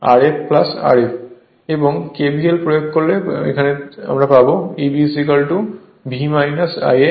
এবং KVL প্রয়োগ করলে প্রয়োগ করলে তা পাবে Eb V Ia R ra